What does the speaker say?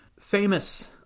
Famous